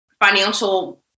financial